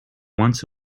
once